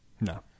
No